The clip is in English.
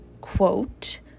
Quote